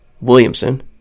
Williamson